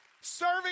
Serving